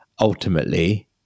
ultimately